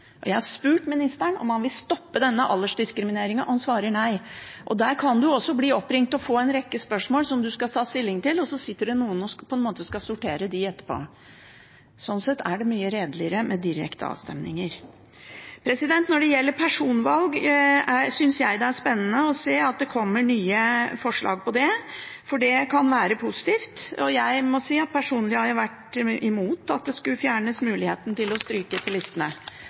Jeg har spurt ministeren om han vil stoppe denne aldersdiskrimineringen, og han svarer nei. Man kan også bli oppringt og få en rekke spørsmål som man skal ta stilling til, og så sitter det noen som skal sortere dem etterpå. Sånn sett er det mye redeligere med direkte avstemninger. Når det gjelder personvalg, synes jeg det er spennende å se at det kommer nye forslag, for det kan være positivt. Jeg må si at personlig har jeg vært imot at muligheten til å stryke på listene skulle fjernes. Jeg mener at det var riktig, sjøl om det var leit når man ble strøket. Så til